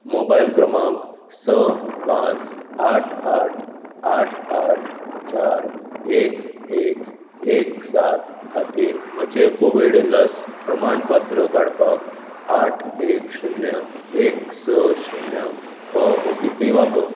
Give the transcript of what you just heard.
mobile क्रमांक स पांच आठ आठ आठ आठ चार एक एक एक सात खातीर म्हजें कोवीड लस प्रमाणपत्र काडपाक आठ एक शुन्य एक स शुन्य हो ओ टी पी वापर